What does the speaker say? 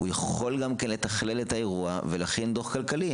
הוא יכול לתכלל את האירוע ולהכין דו"ח כלכלי.